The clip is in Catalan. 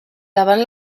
davant